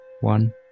One